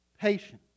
Patience